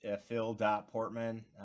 phil.portman